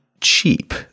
cheap